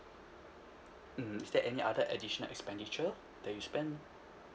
mm is there any other additional expenditure that you spend